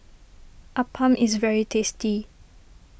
Appam is very tasty